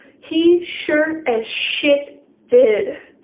he sure as shit did!